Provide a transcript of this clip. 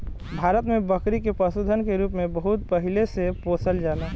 भारत में बकरी के पशुधन के रूप में बहुत पहिले से पोसल जाला